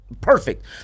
perfect